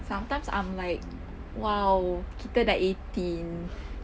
sometimes I'm like !wow! kita dah eighteen